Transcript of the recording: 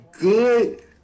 good